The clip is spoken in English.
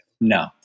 No